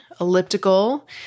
elliptical